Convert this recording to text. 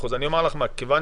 מכיוון